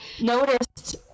noticed